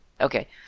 Okay